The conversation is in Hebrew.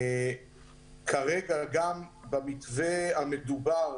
גם במתווה המדובר,